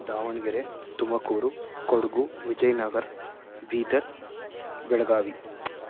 Davanagere Tumakuru Kodagu Vijayanagara Bidar Belagavi